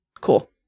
Cool